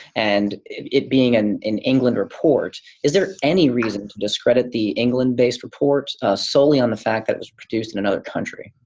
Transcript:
and it it being an an england report, is there any reason to discredit the england-based reports ah solely on the fact that it was produced in another country?